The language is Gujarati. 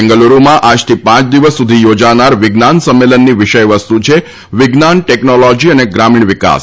બેંગલુરૂમાં આજથી પાંચ દિવસ સુધી યોજાનાર વિજ્ઞાન સંમેલનની વિષયવસ્તુ છે વિજ્ઞાન ટેકનોલોજી અને ગ્રમીણ વિકાસ